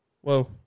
Whoa